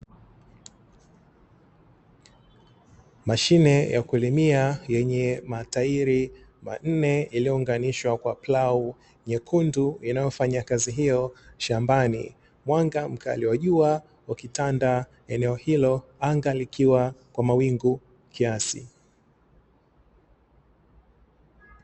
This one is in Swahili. Mashine ya kulimia yenye matairi manne yaliyo unganishwa kwa plau nyekundu inayofanya kazi hiyo shambani. Mwanga mkali wa jua ukitanda eneo hilo anga likiwa kwa mawingu kiasi.